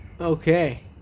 Okay